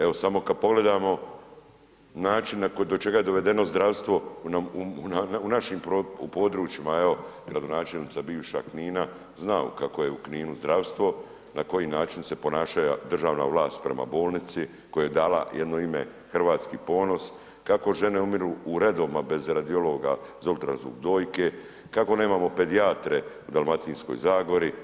Evo samo kad pogledamo način na koji je, do čega je dovedeno zdravstvo nam u našim područjima, evo gradonačelnica bivša Knina, zna kakvo je u Kninu zdravstvo, na koji način se ponaša državna vlast prema bolnici kojoj je dala jedno ime Hrvatski ponos, kako žene umiru u redovima bez radiologa za ultrazvuk dojke, kako nemamo pedijatre u Dalmatinskoj Zagori.